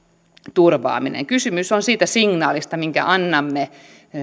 turvaaminen kysymys on siitä signaalista minkä annamme